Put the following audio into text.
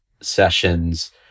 sessions